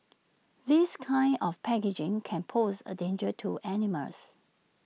this kind of packaging can pose A danger to animals